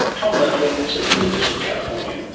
tom murphy is at the university of california.